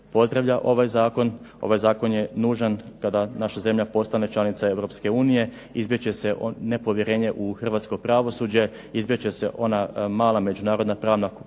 pozdravlja ovaj zakon, ovaj zakon je nužan kada naša zemlja postane članica Europske unije, izbjeći će se nepovjerenje u hrvatsko pravosuđe, izbjeći će se ona mala međunarodna pravna